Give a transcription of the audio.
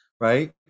right